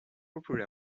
popular